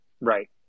Right